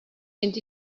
mynd